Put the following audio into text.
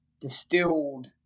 distilled